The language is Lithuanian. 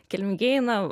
kilmingieji na